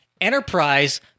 Enterprise